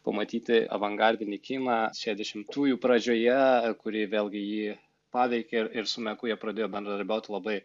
pamatyti avangardinį kiną šešiasdešimtųjų pradžioje kurį vėlgi jį paveikė ir ir su meku jie pradėjo bendradarbiaut labai